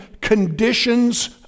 conditions